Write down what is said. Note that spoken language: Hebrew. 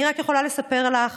אני רק יכולה לספר לך,